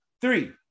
three